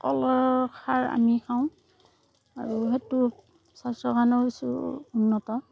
কলৰ খাৰ আমি খাওঁ আৰু সেইটো স্বাস্থ্য় কাৰণেও কিছু উন্নত